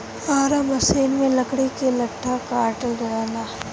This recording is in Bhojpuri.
आरा मसिन में लकड़ी के लट्ठा काटल जाला